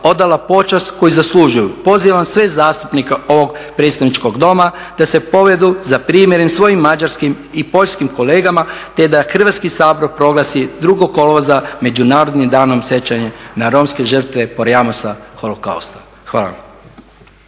odala počast koju zaslužuju pozivam sve zastupnike ovog predstavničkog Doma da se povedu za primjerom svojih mađarskih i poljskih kolega te da Hrvatski sabor proglasi 2. kolovoza Međunarodnim danom sjećanja na romske žrtve Porajmosa/holokausta. Hvala.